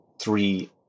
Three